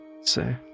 say